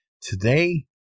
Today